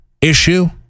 issue